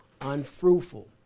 unfruitful